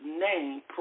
name